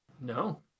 No